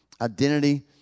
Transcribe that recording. Identity